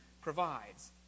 provides